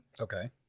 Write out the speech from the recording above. okay